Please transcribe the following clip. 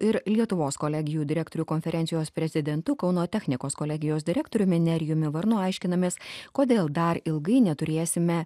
ir lietuvos kolegijų direktorių konferencijos prezidentu kauno technikos kolegijos direktoriumi nerijumi varnu aiškinamės kodėl dar ilgai neturėsime